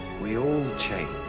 we all change.